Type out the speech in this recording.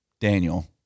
Daniel